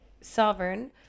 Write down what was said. Sovereign